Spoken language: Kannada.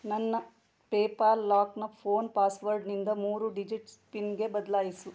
ನನ್ನ ಪೇಪಾಲ್ ಲಾಕನ್ನ ಫೋನ್ ಪಾಸ್ವರ್ಡ್ನಿಂದ ಮೂರು ಡಿಜಿಟ್ಸ್ ಪಿನ್ಗೆ ಬದಲಾಯಿಸು